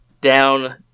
down